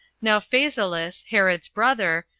now phasaelus, herod's brother,